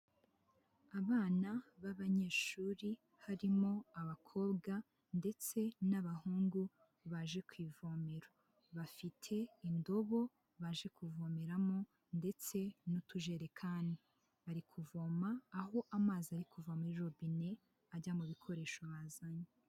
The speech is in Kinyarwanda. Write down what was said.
Abana b'abanyeshuri harimo abakobwa ndetse n'abahungu baje ku ivomero, bafite indobo baje kuvomeramo ndetse n'utujerekani, bari kuvoma aho amazi ari kuva muri robine ajya mu bikoresho bazanye.